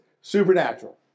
supernatural